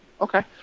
okay